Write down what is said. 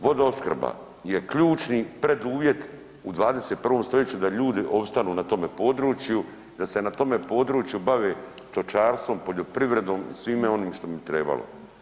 Vodoopskrba je ključni preduvjet u 21. stoljeću da ljudi opstanu na tome području, da se na tome području bave stočarstvom, poljoprivredom i svime onim što bi trebalo.